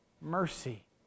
mercy